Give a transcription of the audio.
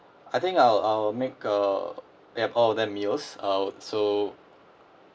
I think I'll I'll make uh yup all of them meals I'll so